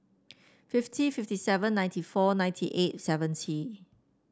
fifty fifty seven ninety four ninety eight seventy